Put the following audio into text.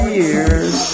years